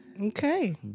Okay